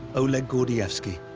oleg gordievsky,